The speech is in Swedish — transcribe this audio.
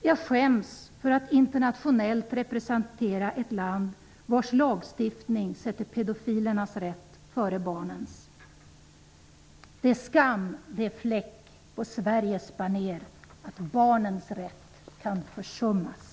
Jag skäms för att internationellt representera ett land, vars lagstiftning sätter pedofilernas rätt före barnens. Det är skam, det är fläck på Sveriges banér att barnens rätt kan försummas.